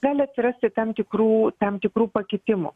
gali atsirasti tam tikrų tam tikrų pakitimų